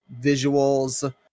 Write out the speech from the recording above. visuals